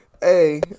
Hey